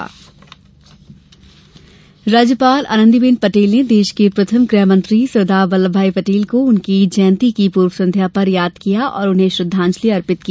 राज्यपाल प्रदेश की राज्यपाल आनंदीबेन पटेल ने देश के प्रथम प्रधानमंत्री और गृहमंत्री सरदार वल्लमभाई पटेल को उनकी जयंती की पूर्व संध्या पर याद किया और उन्हें श्रद्धांजलि अर्पित की